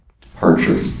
departure